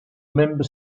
member